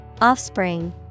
Offspring